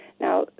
Now